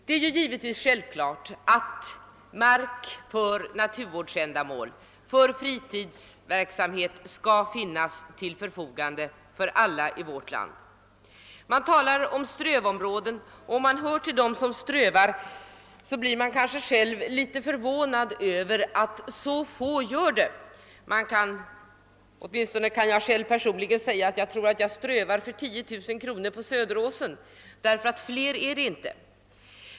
Det är självklart att mark för naturvårdsändamål och = fritidsverksamhet skall stå till förfogande för alla i vårt land. Vi talar om strövområden. Om man hör till dem som strövar, blir man kanske litet förvånad över att så få gör det. Jag tror att jag personligen kan säga att jag strövar för 10000 kronor på Söderåsen — flera strövande är det inte.